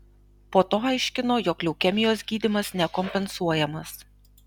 po to aiškino jog leukemijos gydymas nekompensuojamas